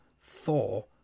Thor